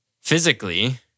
physically